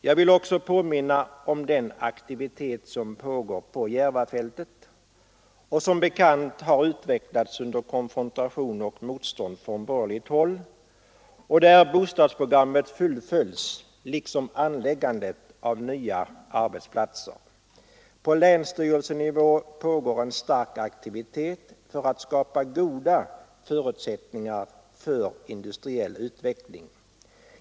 Jag vill också påminna om den aktivitet som pågår på Järvafältet — vilken som bekant har skett under konfrontation och motstånd från borgerligt håll — där bostadsprogrammet fullföljts liksom anläggandet av nya arbetsplatser. På länsstyrelsenivå pågår en stark aktivitet för att skapa goda förutsättningar för industriell utveckling.